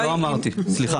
אני לא אמרתי, סליחה.